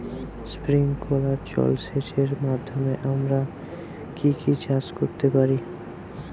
Sprinkler জলসেচের মাধ্যমে আমরা কি কি চাষ করতে পারি?